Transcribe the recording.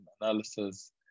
analysis